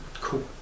Cool